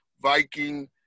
Viking